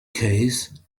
case